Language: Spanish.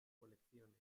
colecciones